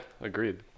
agreed